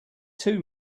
too